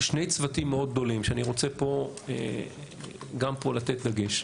שני צוותים מאוד גדולים, אני רוצה גם פה לתת דגש.